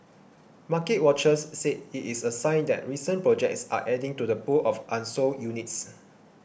market watchers said it is a sign that recent projects are adding to the pool of unsold units